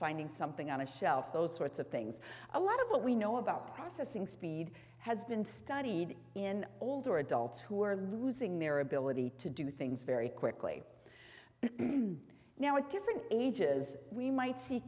finding something on a shelf those sorts of things a lot of what we know about processing speed has been studied in older adults who are losing their ability to do things very quickly now at different ages we might see